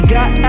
got